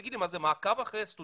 תגיד לי מה זה, מעקב אחרי סטודנטים?